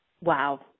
Wow